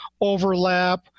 overlap